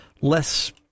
less